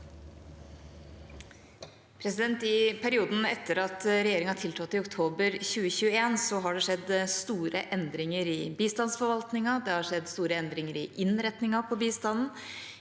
I perioden etter at regjeringa tiltrådte i oktober 2021, har det skjedd store endringer i bistandsforvaltningen, i innretningen av bistanden